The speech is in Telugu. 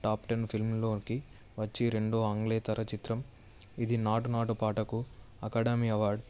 టాప్ టెన్ ఫిల్మ్లోకి వచ్చి రెండో ఆంగ్లేయతర చిత్రం ఇది నాటు నాటు పాటకు అకాడమీ అవార్డ్